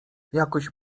jakoś